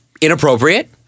inappropriate